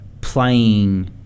playing